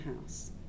house